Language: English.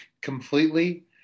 completely